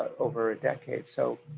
over a decade. so